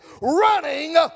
running